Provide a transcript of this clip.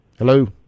Hello